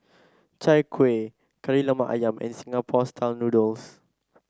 Chai Kueh Kari Lemak ayam and Singapore style noodles